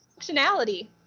functionality